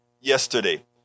yesterday